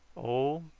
oh,